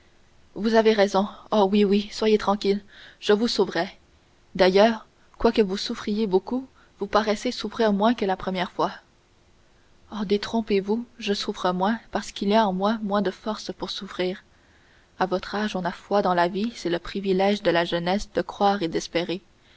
vous avez raison oh oui oui soyez tranquille je vous sauverai d'ailleurs quoique vous souffriez beaucoup vous paraissez souffrir moins que la première fois oh détrompez-vous je souffre moins parce qu'il y a en moi moins de force pour souffrir à votre âge on a foi dans la vie c'est le privilège de la jeunesse de croire et d'espérer